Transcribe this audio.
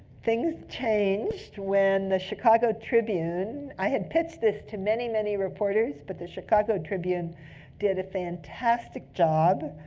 things changed when the chicago tribune i had pitched this to many, many reporters, but the chicago tribune did a fantastic job.